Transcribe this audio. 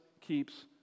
keeps